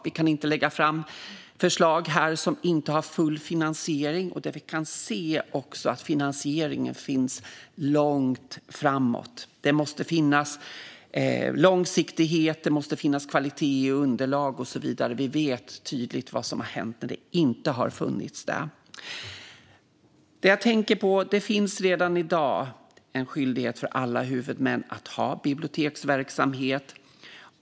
Vi kan inte lägga fram förslag som inte har full finansiering, och vi måste kunna se att finansieringen finns långt framåt. Det måste finnas långsiktighet, kvalitet i underlag och så vidare. Vi vet tydligt vad som hänt när det inte har funnits. Det finns redan i dag en skyldighet för alla huvudmän att ha biblioteksverksamhet.